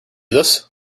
this